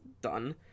done